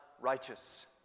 righteous